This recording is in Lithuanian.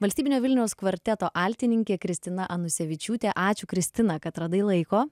valstybinio vilniaus kvarteto altininkė kristina anusevičiūtė ačiū kristina kad radai laiko